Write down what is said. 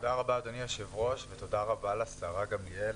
תודה רבה, אדוני היושב-ראש ותודה רבה לשרה גמליאל.